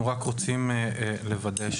רק רוצים לוודא